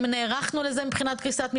האם נערכנו לזה מבחינת קריסת מבנים?